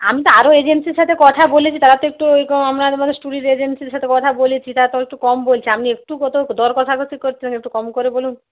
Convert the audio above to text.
আমি তো আরও এজেন্সির সাথে কথা বলেছি তারা তো একটু ওইরকম আপনাদের মতো টুরিস্ট এজেন্সির সাথে কথা বলেছি তারা তো একটু কম বলছে আপনি একটু কোথাও দর কষাকষি করছেন একটু কম করে বলুন